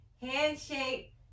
handshake